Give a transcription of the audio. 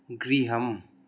गृहम्